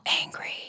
angry